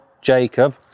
Jacob